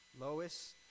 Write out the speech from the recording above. Lois